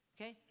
okay